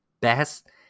best